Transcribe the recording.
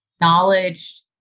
knowledge